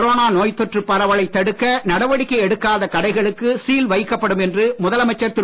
corona நோய்த் தொற்று பரவலைத் தடுக்க நடவடிக்கை எடுக்காத கடைகளுக்கு சீல் வைக்கப்படும் என்று முதலமைச்சர் திரு